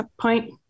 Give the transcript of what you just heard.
point